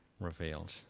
revealed